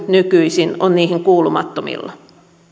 nykyisin on niihin kuulumattomilla